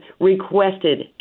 requested